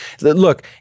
look